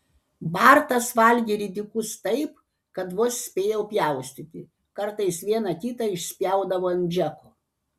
bartas valgė ridikus taip kad vos spėjau pjaustyti kartais vieną kitą išspjaudavo ant džeko